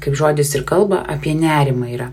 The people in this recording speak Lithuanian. kaip žodis ir kalba apie nerimą yra